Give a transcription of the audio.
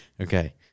Okay